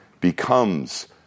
becomes